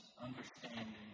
understanding